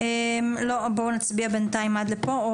בואו נצביע בינתיים עד לפה?